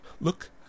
Look